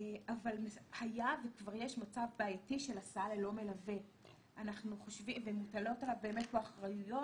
אבל היה וכבר יש מצב בעייתי של הסעה ללא מלווה ומוטלת עליו כאן אחריות,